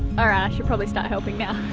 ah should probably start helping now,